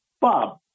Bob